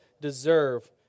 deserve